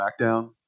SmackDown